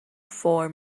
four